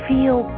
Feel